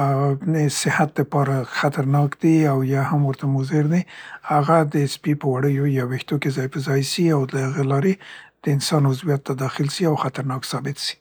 ا صحت د پاره خطرناک دي او یا هم ورته مضر دي، هغه د سپي د وړیو یا ويښتو کې ځای په ځای سي او د هغې لارې د انسان عضویت ته داخل سي او خطرناک ثابت سي.